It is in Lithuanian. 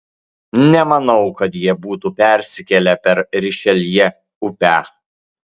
nemanau kad jie būtų persikėlę per rišeljė upę